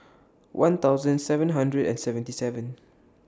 one thousand seven hundred and seventy seven